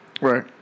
Right